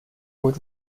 would